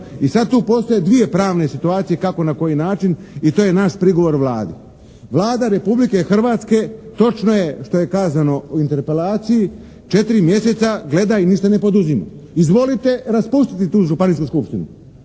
I sad tu postoje dvije pravne situacije kako i na koji način i to je naš prigovor Vladi. Vlada Republike Hrvatske točno je što je kazano u interpelaciji četiri mjeseca gleda i ništa ne poduzima. Izvolite raspustiti tu županijsku skupštinu.